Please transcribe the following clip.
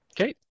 okay